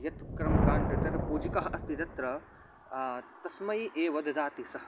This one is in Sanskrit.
यत् कर्मकाण्डं तत् पूजिकः अस्ति तत्र तस्मै एव ददाति सः